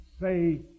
say